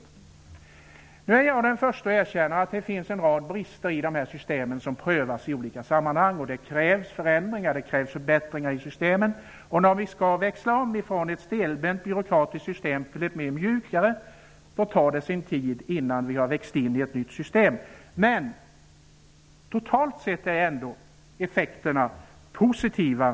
Jag är emellertid den förste att erkänna att det finns en rad brister i de system som prövas i olika sammanhang. Det krävs därför förändringar, och det krävs förbättringar i systemen. När vi skall växla om från ett stelbent, byråkratiskt system till ett mjukare tar det sin tid att växa in i det nya. Totalt sett är ändå effekterna positiva.